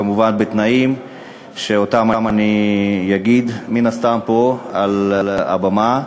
כמובן בתנאים שאני אגיד מן הסתם פה על הבמה.